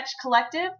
Collective